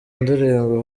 ndirimbo